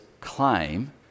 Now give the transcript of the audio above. claim